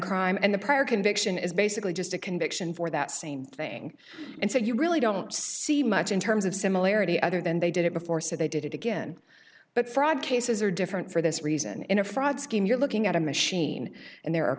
crime and the prior conviction is basically just a conviction for that same thing and said you really don't see much in terms of similarity other than they did it before so they did it again but fraud cases are different for this reason in a fraud scheme you're looking at a machine and there are